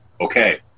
okay